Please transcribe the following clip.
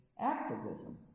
activism